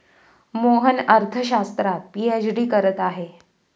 मोहन अर्थशास्त्रात पीएचडी करत आहे